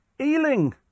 Ealing